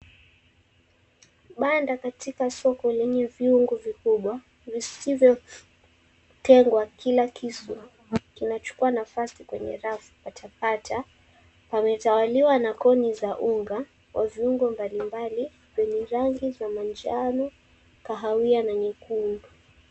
Banda katika soko lenye viungo vikubwa visivyotegwa kila kisu na kinachukua nafasi kwenye rafu patapata. Wametawaliwa na koni za unga wa viuongo mbalimbali wenye rangi za manjano, kahawia na nyekundu.